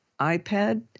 iPad